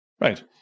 Right